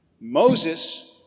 Moses